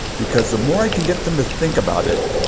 because the more i can get them to think about it,